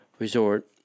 resort